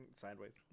sideways